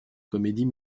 comédies